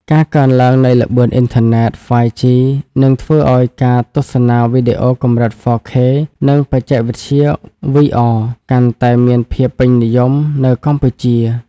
ការកើនឡើងនៃល្បឿនអ៊ីនធឺណិត 5G នឹងធ្វើឱ្យការទស្សនាវីដេអូកម្រិត 4K និងបច្ចេកវិទ្យា VR កាន់តែមានភាពពេញនិយមនៅកម្ពុជា។